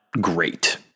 great